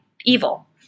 evil